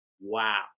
Wow